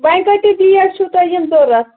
وۄنۍ کۭتیٛاہ بیگ چھُو تۄہہِ یِم ضوٚرَتھ